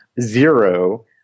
zero